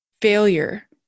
failure